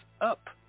up